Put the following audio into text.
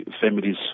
families